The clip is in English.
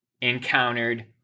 encountered